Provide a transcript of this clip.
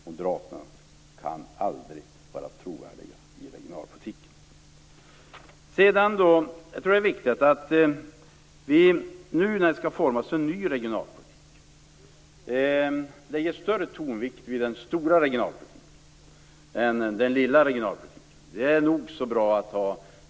Moderaterna kan aldrig vara trovärdiga i regionalpolitiken, Patrik Norinder. Jag tror att det är viktigt att vi, nu när det skall formas en ny regionalpolitik, lägger större tonvikt vid den stora regionalpolitiken än vid den lilla regionalpolitiken.